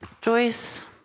Joyce